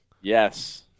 yes